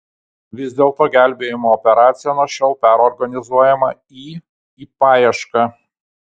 vis dėlto gelbėjimo operacija nuo šiol perorganizuojama į į paiešką